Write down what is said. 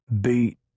Beat